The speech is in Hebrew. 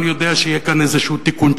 אני יודע שיהיה כאן איזה תיקונצ'יק,